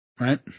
right